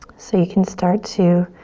so you can start to